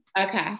Okay